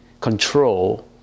control